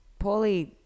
Paulie